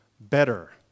better